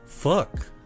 fuck